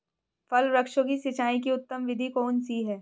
फल वृक्षों की सिंचाई की उत्तम विधि कौन सी है?